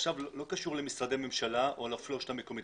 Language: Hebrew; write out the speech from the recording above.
לא קשור למשרדי ממשלה או לרשות המקומית,